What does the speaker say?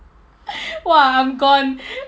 !wah! I'm gone